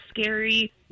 scary